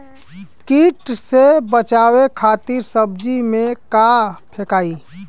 कीट से बचावे खातिन सब्जी में का फेकाई?